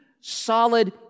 solid